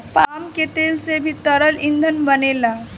palm के तेल से भी तरल ईंधन बनेला